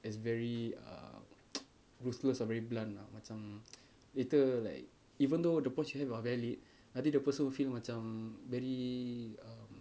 as very um ruthless or very blunt lah macam later like even though the approach you have are valid I think the person will feel macam very um